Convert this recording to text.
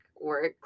works